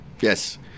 Yes